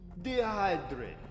Dehydrate